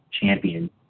champion